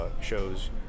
shows